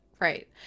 Right